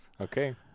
Okay